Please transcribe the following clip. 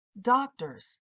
Doctors